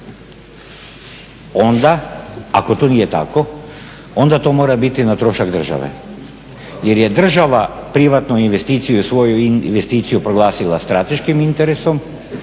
onda ako to nije tako onda to mora biti na trošak države. Jer je država privatnu investiciju, svoju investiciju proglasila strateškim interesom,